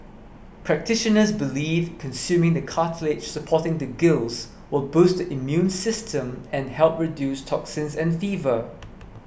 practitioners believe consuming the cartilage supporting the gills will boost the immune system and help reduce toxins and fever